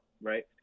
right